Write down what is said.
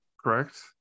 correct